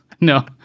No